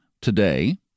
today